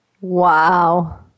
Wow